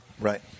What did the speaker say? Right